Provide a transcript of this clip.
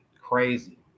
crazy